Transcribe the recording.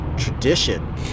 tradition